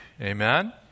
Amen